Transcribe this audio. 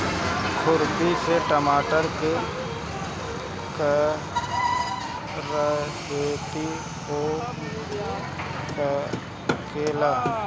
खुरपी से टमाटर के रहेती हो सकेला?